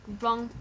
wrong